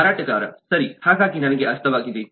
ಮಾರಾಟಗಾರ ಸರಿ ಹಾಗಾಗಿ ನನಗೆ ಅರ್ಥವಾಗಿದೆ